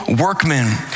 workmen